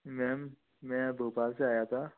ma'am मैं भेपाल से आया था